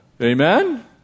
Amen